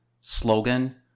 slogan